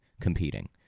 competing